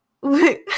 Wait